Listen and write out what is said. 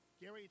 Gary